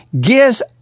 gives